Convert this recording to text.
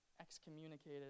excommunicated